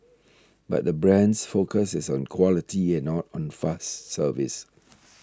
but the brand's focus is on quality and not on fast service